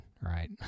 Right